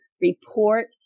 report